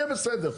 יהיה בסדר.